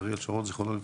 אריאל שרון ז"ל,